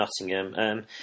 Nottingham